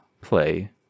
play